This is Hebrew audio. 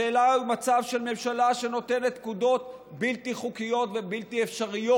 השאלה היא המצב של ממשלה שנותנת פקודות בלתי חוקיות ובלתי אפשריות,